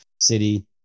City